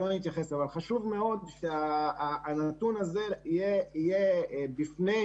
אבל חשוב מאוד שהנתון הזה יהיה בפני